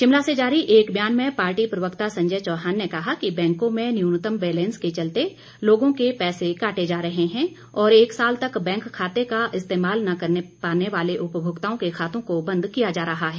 शिमला से जारी एक ब्यान में पार्टी प्रवक्ता संजय चौहान ने कहा कि बैंकों में न्यूनतम बैलेंस के चलते लोगों के पैसे काटे जा रहे हैं और एक साल तक बैंक खाते का इस्तेमाल न कर पाने वाले उपभोक्ताओं के खातों को बंद किया जा रहा है